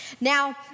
Now